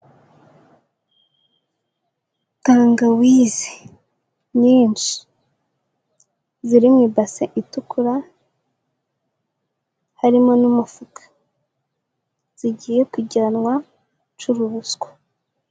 Tangawizi nyinshi ziri mu ibase itukura, harimo n'umufuka, zigiye kujyanwa gucuruzwa.